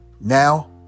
Now